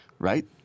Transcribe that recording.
Right